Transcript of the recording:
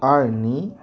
आळणी